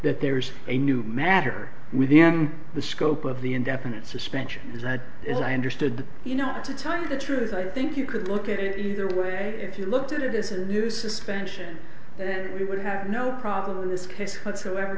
that there's a new matter with the scope of the indefinite suspension is that if i understood you not to tell you the truth i think you could look at it either way if you looked at it this is a new suspension then we would have no problem in this case whatsoever